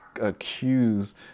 accuse